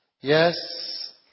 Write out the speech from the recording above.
Yes